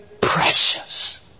precious